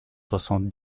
soixante